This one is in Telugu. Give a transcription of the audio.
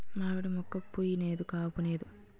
మావిడి మోక్క పుయ్ నేదు కాపూనేదు